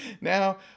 Now